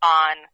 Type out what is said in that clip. on